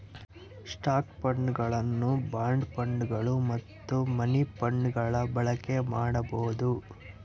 stock ಫಂಡ್ಗಳನ್ನು bond ಫಂಡ್ಗಳು ಮತ್ತು ಮನಿ ಫಂಡ್ಗಳ ಬಳಕೆ ಮಾಡಬೊದು